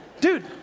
Dude